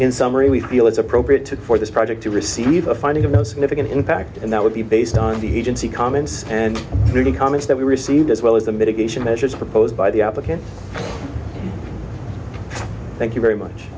in summary we feel it's appropriate to for this project to receive a finding of no significant impact and that would be based on the agency comments and the comments that we received as well as the mitigation measures proposed by the applicants thank you very much